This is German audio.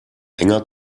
enger